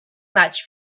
much